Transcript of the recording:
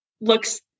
looks